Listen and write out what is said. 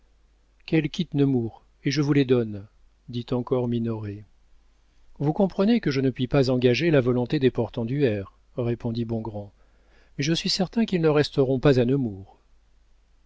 qu'elle quitte nemours et je vous les donne dit encore minoret vous comprenez que je ne puis pas engager la volonté des portenduère répondit bongrand mais je suis certain qu'ils ne resteront pas à